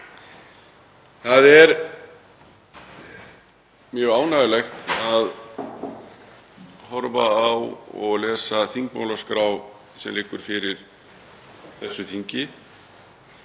Það er mjög ánægjulegt að horfa á og lesa þingmálaskrá sem liggur fyrir þessu þingi.